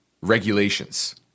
regulations